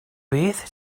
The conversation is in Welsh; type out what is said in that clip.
beth